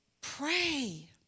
pray